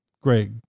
Great